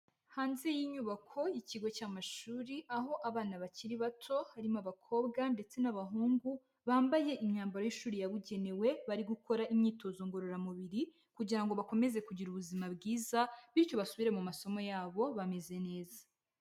Hanze y'inyubako y'ikigo cy'amashuri, aho abana bakiri bato, harimo abakobwa ndetse n'abahungu, bambaye imyamba y'ishuri yabugenewe, bari gukora imyitozo ngororamubiri kugira ngo bakomeze kugira ubuzima bwiza bityo basubire mu masomo yabo bameze neza.